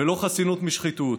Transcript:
ולא חסינות משחיתות,